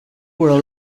were